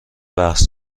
بحث